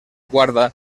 guarda